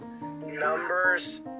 numbers